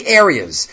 areas